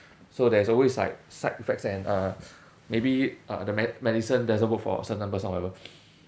so there is always like side effects and uh maybe uh the med~ medicine doesn't work for certain person or whatever